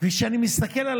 כשאני מסתכל על